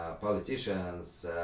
politicians